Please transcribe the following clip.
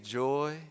joy